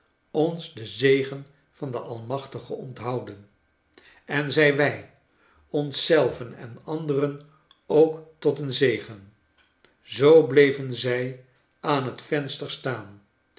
ons den zegen van den almachtige onthouden en zijn wij ons zelven en anderen ook tot een zegen zoo bleven zij aan het venster staan